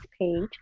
page